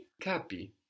Capi